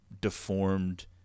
deformed